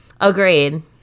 Agreed